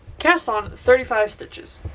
cast on thirty five stitches.